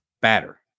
batter